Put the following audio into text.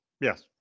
yes